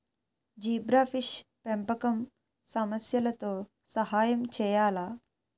Zebrafish పెంపకం సమస్యలతో సహాయం చేయాలా?